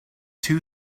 two